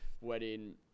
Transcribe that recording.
wedding